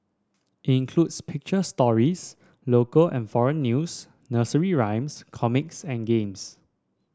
it includes picture stories local and foreign news nursery rhymes comics and games